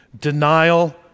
denial